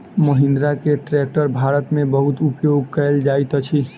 महिंद्रा के ट्रेक्टर भारत में बहुत उपयोग कयल जाइत अछि